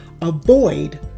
avoid